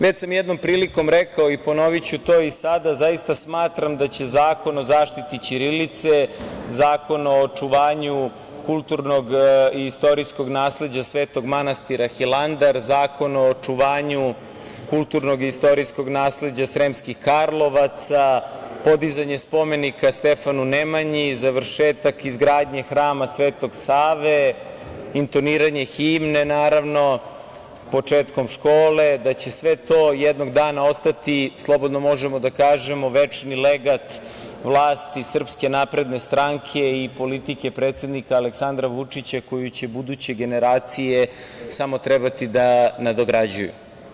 Već sam jednom prilikom rekao i ponoviću to i sada, zaista smatram da će Zakon o zaštiti ćirilice, Zakon o očuvanju kulturnog i istorijskog nasleđa svetog manastira „Hilandar“, Zakon o očuvanju kulturnog i istorijskog nasleđa Sremskih Karlovaca, podizanje spomenika Stefanu Nemanji, završetak izgradnje Hrama Svetog Save, intoniranje himne početkom škole, da će sve to jednog dana ostati, slobodno možemo da kažemo večni legat vlasti SNS i politike predsednika Aleksandra Vučića koju će buduće generacije samo trebati da nadograđuju.